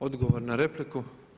Odgovor na repliku.